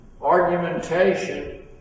Argumentation